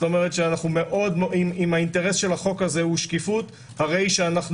אם האינטרס של החוק הזה הוא שקיפות הרי שאנו